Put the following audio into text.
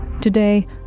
Today